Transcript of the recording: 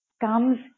comes